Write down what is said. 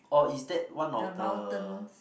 or is that one of the